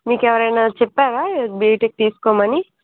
మీకు ఎవరైనా చెప్పారా బీటెక్ తీసుకోమని